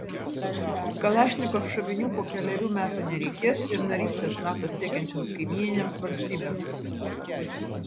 kalašnikov šovinių po kelerių metų nereikės ir narystės nato siekiančioms kaimyninėms valstybėms